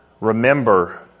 Remember